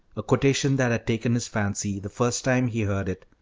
a quotation that had taken his fancy the first time he heard it.